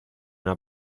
una